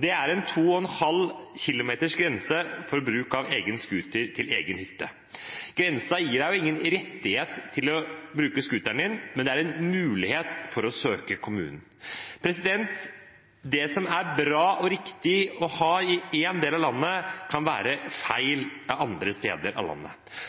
Det er en 2,5 km-grense for bruk av egen scooter til egen hytte. Grensen gir deg ingen rettighet til å bruke scooteren din, men det er en mulighet for å søke kommunen. Det som er bra og riktig å ha i én del av landet, kan være feil andre steder i landet,